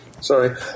sorry